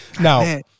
Now